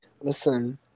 Listen